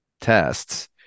tests